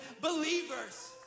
believers